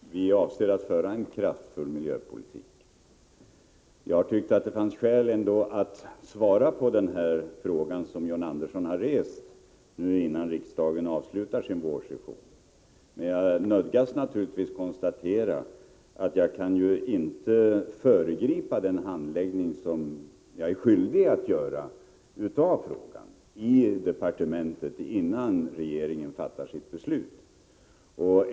Fru talman! Vi avser att föra en kraftfull miljöpolitik. Jag har ändå tyckt att det fanns skäl att svara på den fråga som John Andersson har rest innan riksdagen avslutar sin vårsession, men jag nödgas naturligtvis konstatera att jaginte kan föregripa den handläggning av frågan som jag är skyldig att göra i departementet, innan regeringen fattar sitt beslut.